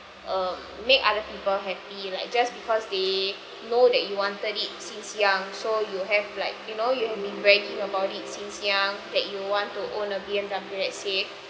um make other people happy like just because they know that you wanted it since young so you have like you know you have been about it since young that you want to own a B_M_W let's say